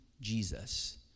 Jesus